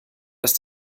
ist